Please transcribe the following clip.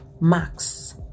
max